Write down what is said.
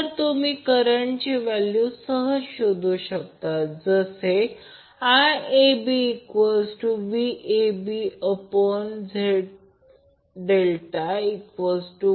तर तुम्ही फेज करंटची व्हॅल्यू सहज शोधू शकता जसे IABVABZ∆173